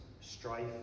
strife